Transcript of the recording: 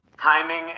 timing